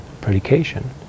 predication